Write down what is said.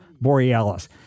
Borealis